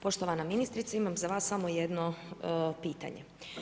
Poštovana ministrice, imam za vas samo jedno pitanje.